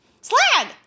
Slag